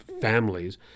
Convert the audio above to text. families